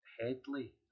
Headley